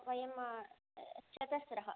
वयं चतस्त्रः